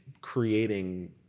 creating